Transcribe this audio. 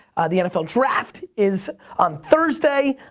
the nfl draft is on thursday.